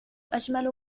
أجمل